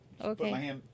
Okay